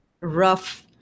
rough